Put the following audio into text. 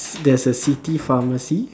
there's city pharmacy